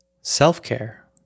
Self-care